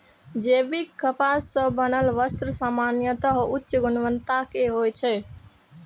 जैविक कपास सं बनल वस्त्र सामान्यतः उच्च गुणवत्ता के होइ छै